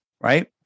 Right